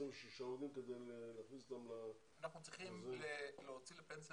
עובדים כדי להכניס אותם ל --- אנחנו צריכים להוציא לפנסיה